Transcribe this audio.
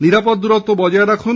নিরাপদ দূরত্ব বজায় রাখুন